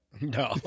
No